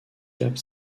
cap